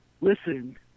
listen